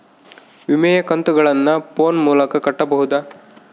ವಿಮೆಯ ಕಂತುಗಳನ್ನ ಫೋನ್ ಮೂಲಕ ಕಟ್ಟಬಹುದಾ?